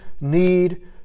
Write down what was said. need